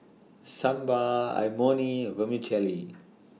Sambar Imoni and Vermicelli